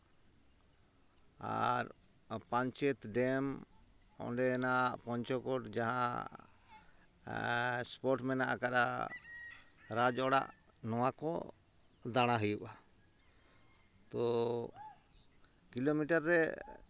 ᱟᱨ panchayat dam ᱚᱸᱰᱮᱱᱟᱜ ᱯᱚᱧᱪᱚᱠᱳᱴ ᱡᱟᱦᱟᱸ spot ᱢᱮᱱᱟᱜ ᱟᱠᱟᱫᱼᱟ ᱨᱟᱡᱽ ᱚᱲᱟᱜ ᱱᱚᱣᱟ ᱠᱚ ᱫᱟᱬᱟ ᱦᱩᱭᱩᱜᱼᱟ ᱛᱚ ᱠᱤᱞᱳᱢᱤᱴᱟᱨ ᱨᱮ